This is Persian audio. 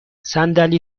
صندلی